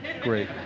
Great